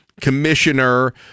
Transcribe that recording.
commissioner